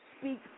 speak